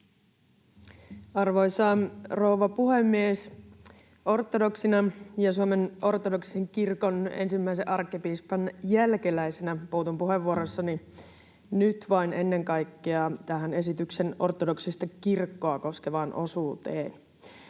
Arvoisa rouva puhemies! Ortodoksina ja Suomen ortodoksisen kirkon ensimmäisen arkkipiispan jälkeläisenä puutun puheenvuorossani nyt vain ennen kaikkea tähän esityksen ortodoksista kirkkoa koskevaan osuuteen.